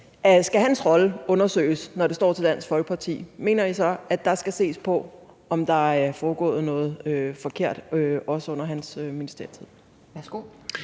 Skal hans rolle undersøges, hvis det står til Dansk Folkeparti? Mener I så, at der skal ses på, om der er foregået noget forkert også under hans ministertid?